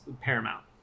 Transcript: paramount